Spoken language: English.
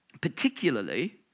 particularly